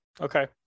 Okay